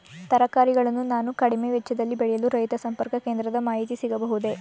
ತರಕಾರಿಗಳನ್ನು ನಾನು ಕಡಿಮೆ ವೆಚ್ಚದಲ್ಲಿ ಬೆಳೆಯಲು ರೈತ ಸಂಪರ್ಕ ಕೇಂದ್ರದ ಮಾಹಿತಿ ಸಿಗಬಹುದೇ?